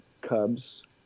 cubs